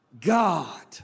God